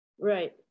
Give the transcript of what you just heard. Right